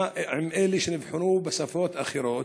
מה עם אלה שנבחנו בשפות אחרות?